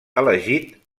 elegit